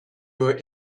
were